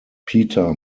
peter